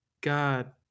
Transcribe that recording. God